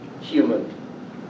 human